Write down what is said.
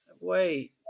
wait